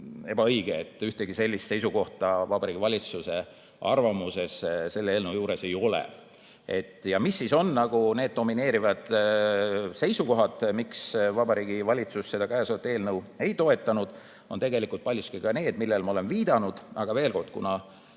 ebaõige, ühtegi sellist seisukohta Vabariigi Valitsuse arvamuses selle eelnõu kohta ei ole. Mis on need domineerivad seisukohad, miks Vabariigi Valitsus seda eelnõu ei toetanud? Need on tegelikult paljuski need, millele ma olen viidanud. Aga veel kord, kuna